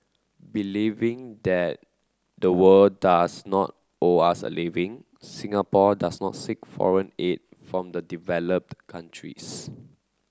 believing that the world does not owe us a living Singapore does not seek foreign aid from the developed countries